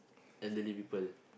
elderly people